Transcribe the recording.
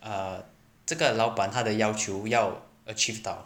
err 这个老板他的要求要 achieve 到